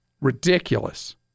Ridiculous